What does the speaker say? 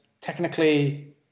Technically